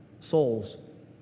souls